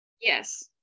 yes